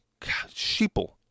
sheeple